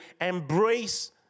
embrace